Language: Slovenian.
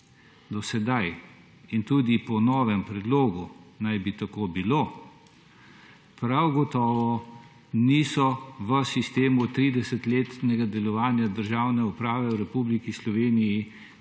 do sedaj, in tudi po novem predlogu naj bi tako bilo, prav gotovo niso v sistemu 30-letnega delovanja državne uprave v Republiki Sloveniji močno